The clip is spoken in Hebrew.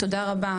תודה רבה.